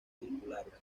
circulares